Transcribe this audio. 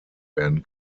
werden